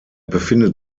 befindet